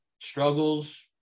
struggles